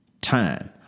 time